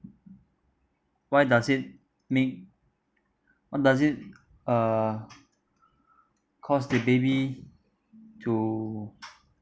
why does it make does it uh cause the baby to